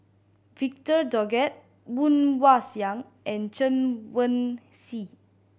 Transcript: Victor Doggett Woon Wah Siang and Chen Wen Hsi